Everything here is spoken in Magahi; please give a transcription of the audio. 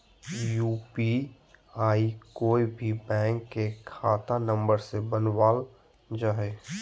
यू.पी.आई कोय भी बैंक के खाता नंबर से बनावल जा हइ